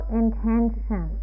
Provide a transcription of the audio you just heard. intention